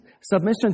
Submission